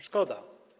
Szkoda.